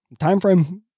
Timeframe